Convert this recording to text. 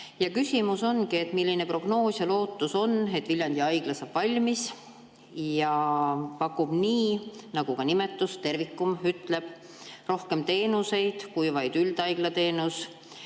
küsimus ongi, milline prognoos ja lootus on, et Viljandi haigla saab valmis ja pakub, nii nagu ka nimi Tervikum ütleb, rohkem teenuseid kui vaid üldhaiglateenust